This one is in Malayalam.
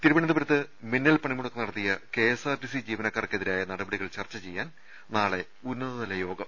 തിരുവനന്തപുരത്ത് മിന്നൽ പണിമുടക്ക് നട്ടത്തിയ കെഎ സ്ആർടിസി ജീവനക്കാർക്കെതിരായ രൂടപട്ടികൾ ചർച്ച ചെയ്യാൻ നാളെ ഉന്നത തല യോഗം